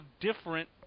different